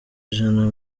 ijana